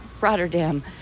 Rotterdam